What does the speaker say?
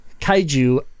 kaiju